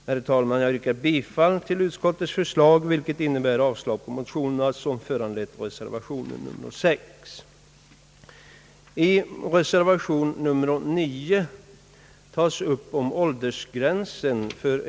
Herr talman, jag yrkar bifall till utskottets förslag, vilket innebär avslag på de motioner som föranlett reservation 6.